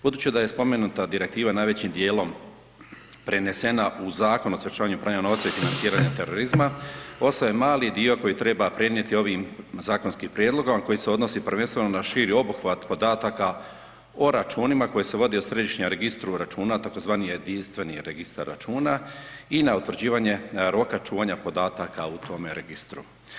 Budući da je spomenuta direktiva najvećim dijelom prenesena u Zakon o sprječavanju pranja novca i financiranja terorizma ostaje mali dio koji treba prenijeti ovim zakonskim prijedlogom, a koji se odnosi prvenstveno na širi obuhvat podataka o računima koji se vodi u središnjem registru računa tzv. jedinstveni registar računa i na utvrđivanje roka čuvanja podataka u tome registru.